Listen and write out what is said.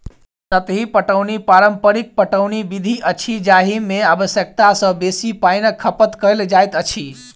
सतही पटौनी पारंपरिक पटौनी विधि अछि जाहि मे आवश्यकता सॅ बेसी पाइनक खपत कयल जाइत अछि